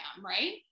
right